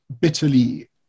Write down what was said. bitterly